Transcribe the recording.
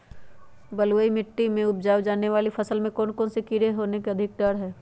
बलुई मिट्टी में उपजाय जाने वाली फसल में कौन कौन से कीड़े होने के अधिक डर हैं?